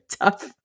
tough